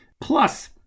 Plus